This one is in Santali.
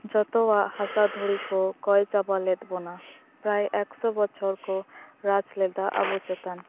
ᱡᱚᱛᱚᱭᱟᱜ ᱦᱟᱥᱟ ᱫᱷᱩᱲᱤ ᱠᱚ ᱠᱚᱭ ᱪᱟᱵᱟ ᱞᱮᱫ ᱵᱚᱱᱟ ᱯᱮᱨᱟᱭ ᱮᱠᱥᱳ ᱵᱚᱪᱷᱚᱨ ᱠᱚ ᱨᱟᱡᱽ ᱞᱮᱫᱟ ᱟᱵᱚ ᱪᱮᱛᱟᱱ